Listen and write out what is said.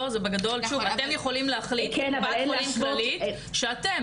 אתם יכולים להחליט שאתם